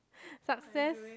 success